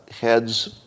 heads